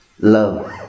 love